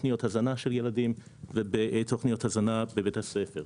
תוכניות הזנה של ילדים ובתוכניות הזנה בבית הספר,